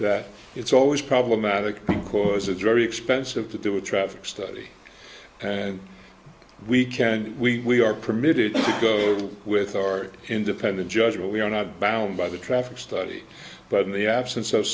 that it's always problematic because it's very expensive to do with traffic study and we can we are permitted to go with our independent judgment we are not bound by the traffic study but in the absence of